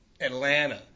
Atlanta